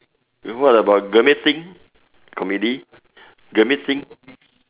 then what about Gurmit-Singh comedy Gurmit-Singh